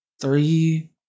three